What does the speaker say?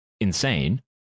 insane